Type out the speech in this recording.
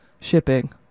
shipping